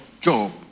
Job